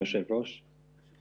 אתה אחראי